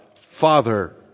Father